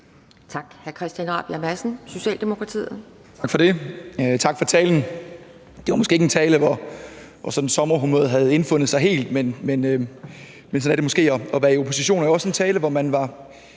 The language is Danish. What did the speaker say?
Kl. 11:12 Christian Rabjerg Madsen (S): Tak for det, og tak for talen. Det var måske ikke en tale, hvor sommerhumøret sådan havde indfundet sig helt, men sådan er det måske at være i opposition. Det var også en tale, hvor man fra